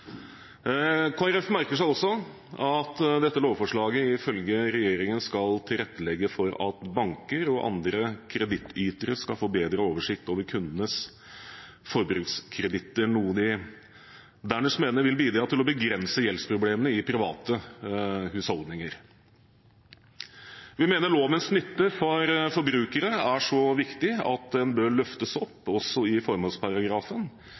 Folkeparti merker seg også at dette lovforslaget ifølge regjeringen skal tilrettelegge for at banker og andre kredittytere skal få bedre oversikt over kundenes forbrukskreditter, noe de dernest mener vil bidra til å begrense gjeldsproblemene i private husholdninger. Vi mener lovens nytte for forbrukere er så viktig at den bør løftes opp også i formålsparagrafen,